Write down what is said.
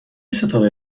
ستاره